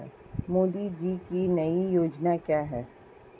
मोदी की नई योजना क्या है?